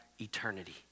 eternity